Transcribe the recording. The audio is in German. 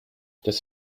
das